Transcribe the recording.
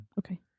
Okay